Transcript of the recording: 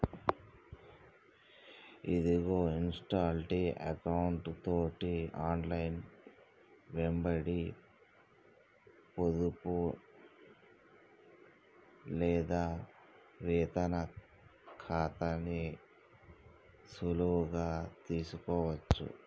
ఇదిగో ఇన్షాల్టీ ఎకౌంటు తోటి ఆన్లైన్లో వెంబడి పొదుపు లేదా వేతన ఖాతాని సులువుగా తెలుసుకోవచ్చు